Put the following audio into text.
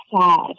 sad